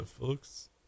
Folks